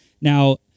Now